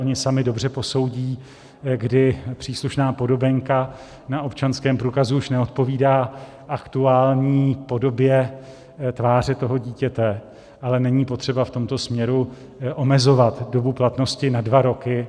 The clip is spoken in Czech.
Oni sami dobře posoudí, kdy příslušná podobenka na občanském průkazu už neodpovídá aktuální podobě tváře dítěte, ale není potřeba v tomto směru omezovat dobu platnosti na dva roky.